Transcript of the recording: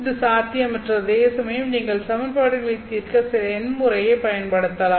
இது சாத்தியமற்றது அதேசமயம் நீங்கள் சமன்பாடுகளைத் தீர்க்க சில எண் முறையைப் பயன்படுத்தலாம்